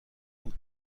بود